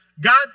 God